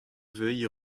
vefe